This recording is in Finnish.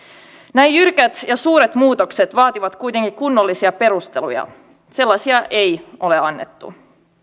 näin jyrkät ja suuret muutokset vaativat kuitenkin kunnollisia perusteluja sellaisia ei ole annettu